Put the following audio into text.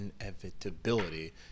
Inevitability